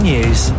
News